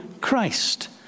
Christ